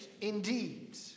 indeed